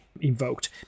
invoked